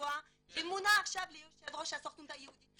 שמונה עכשיו ליו"ר הסוכנות היהודית,